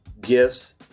gifts